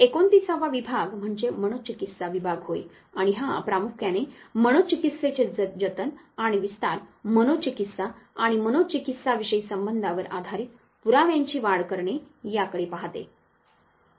29 वा विभाग म्हणजे मनोचिकित्सा विभाग होय आणि हा प्रामुख्याने मनोचिकित्सेचे जतन आणि विस्तार मनोचिकित्सा आणि मनोचिकित्साविषयी संबंधांवर आधारित पुराव्यांची वाढ करणे याकडे पाहते